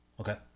Okay